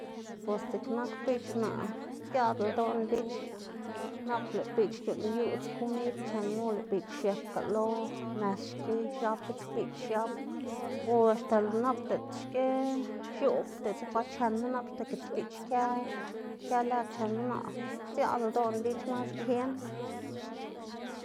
Bos dziꞌk nak biꞌch naꞌ sdziaꞌlda ldoꞌná biꞌch, nap lëꞌ biꞌch c̲h̲uꞌnnyuꞌdz komid chenma o lëꞌ biꞌch xiepga lo mes xki xiab gits biꞌch xiab o axta nap diꞌltsa xki x̱oꞌb diꞌltsa ba chenma, nap axta gits biꞌch kë kë lëd chenma naꞌ sdziaꞌlda doꞌná biꞌch mas bien.